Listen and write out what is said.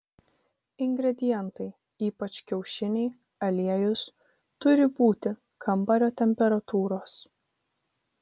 ingredientai ypač kiaušiniai aliejus turi būti kambario temperatūros